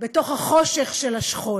בתוך החושך של השכול.